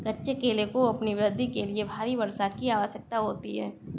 कच्चे केले को अपनी वृद्धि के लिए भारी वर्षा की आवश्यकता होती है